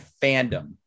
fandom